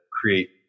create